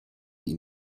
ihn